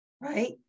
right